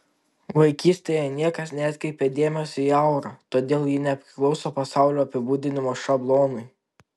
vaikystėje niekas neatkreipė dėmesio į aurą todėl ji nepriklauso pasaulio apibūdinimo šablonui